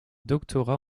doctorat